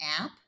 app